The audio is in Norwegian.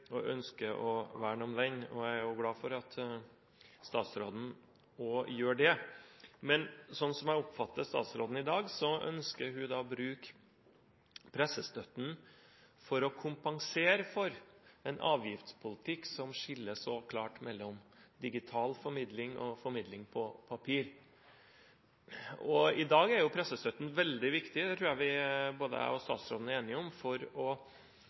ønsker å verne om den. Jeg er glad for at også statsråden gjør det. Men slik jeg oppfatter statsråden i dag, ønsker hun å bruke pressestøtten for å kompensere for en avgiftspolitikk som skiller klart mellom digital formidling og formidling på papir. I dag er pressestøtten veldig viktig – det tror jeg både jeg og statsråden er enige om – for å